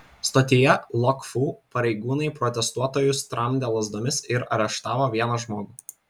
stotyje lok fu pareigūnai protestuotojus tramdė lazdomis ir areštavo vieną žmogų